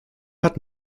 hat